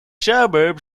suburb